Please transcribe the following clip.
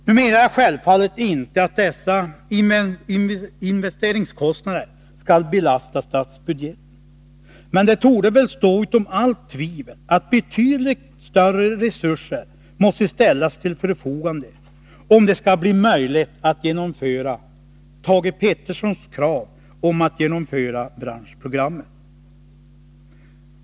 Nu menar jag självfallet inte att dessa investeringskostnader skall belasta statsbudgeten, men det torde väl stå utom allt tvivel att betydligt större resurser måste ställas till förfogande om det skall bli möjligt att genomföra Thage Petersons krav om att genomföra branschprogrammet.